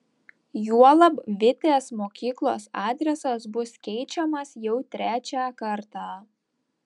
juolab vitės mokyklos adresas bus keičiamas jau trečią kartą